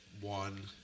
one